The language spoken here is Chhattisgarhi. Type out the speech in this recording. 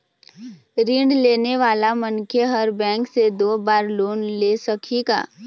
ऋण लेने वाला मनखे हर बैंक से दो बार लोन ले सकही का?